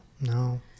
no